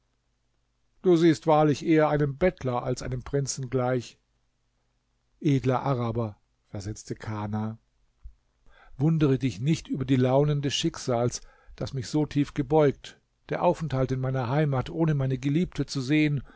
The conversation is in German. du siehst wahrlich eher einem bettler als einem prinzen gleich edler araber versetzte kana wundere dich nicht über die launen des schicksals das mich so tief gebeugt der aufenthalt in meiner heimat ohne meine geliebte zu sehen